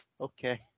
okay